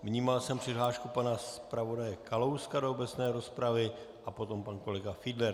Vnímal jsem přihlášku pana zpravodaje Kalouska do obecné rozpravy a poté pan kolega Fiedler.